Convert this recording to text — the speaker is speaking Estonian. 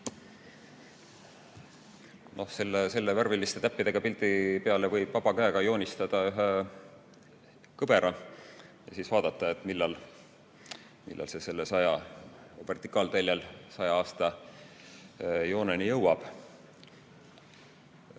Selle värviliste täppidega pildi peale võib vaba käega joonistada ühe kõvera ja siis vaadata, millal see sellel vertikaalteljel 100 aasta jooneni jõuab.